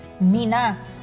Mina